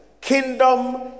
kingdom